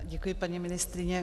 Děkuji, paní ministryně.